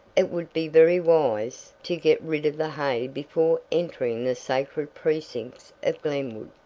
it would be very wise to get rid of the hay before entering the sacred precincts of glenwood.